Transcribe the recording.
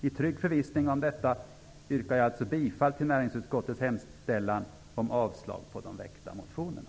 I trygg förvissning om detta yrkar jag alltså bifall till näringsutskottets hemställan om avslag på de väckta motionerna.